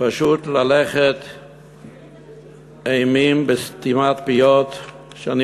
פשוט להלך אימים בסתימת פיות, ואני